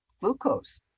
glucose